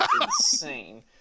insane